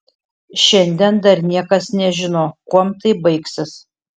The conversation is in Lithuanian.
šiandien dar niekas nežino kuom tai baigsis